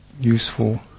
useful